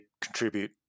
contribute